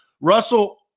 Russell